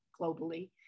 globally